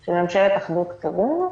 של ממשלת אחדות-חירום,